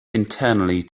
internally